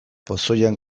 pozoian